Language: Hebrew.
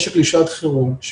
משק לשעת חירום,